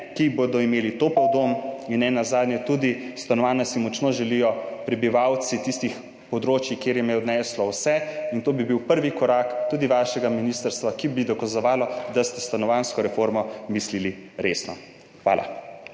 in bodo imeli topel dom, nenazadnje si stanovanja močno želijo tudi prebivalci tistih področij, kjer jim je odneslo vse. To bi bil tudi prvi korak vašega ministrstva, ki bi dokazoval, da ste s stanovanjsko reformo mislili resno. Hvala.